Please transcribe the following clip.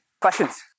Questions